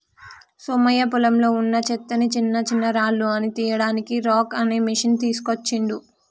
సోమయ్య పొలంలో వున్నా చెత్తని చిన్నచిన్నరాళ్లు అన్ని తీయడానికి రాక్ అనే మెషిన్ తీస్కోచిండు